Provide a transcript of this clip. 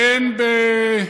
אין,